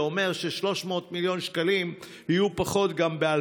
זה אומר שיהיו פחות 300 מיליון שקלים גם ב-2020.